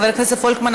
חבר הכנסת פולקמן,